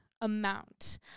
amount